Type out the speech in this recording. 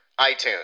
iTunes